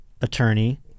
attorney